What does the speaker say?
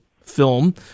film